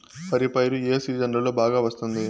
వరి పైరు ఏ సీజన్లలో బాగా వస్తుంది